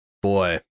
Boy